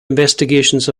investigations